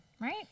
right